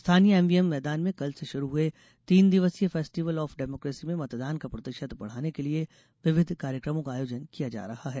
स्थानीय एमवीएम मैदान में कल से शुरु हुए तीन दिवसीय फेस्टिवल ऑफ डेमोक्रेसी में मतदान का प्रतिशत बढ़ाने के लिए विविध कार्यक्रमों का आयोजन किया जा रहा है